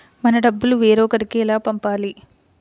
మన డబ్బులు వేరొకరికి ఎలా పంపాలి?